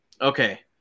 Okay